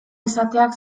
izateak